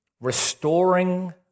Restoring